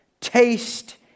taste